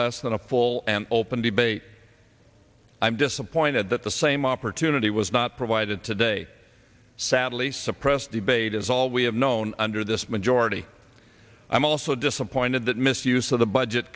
less than a full and open debate i'm disappointed that the same opportunity was not provided today sadly suppressed debate as all we have known under this majority i'm also disappointed that misuse of the budget